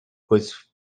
whose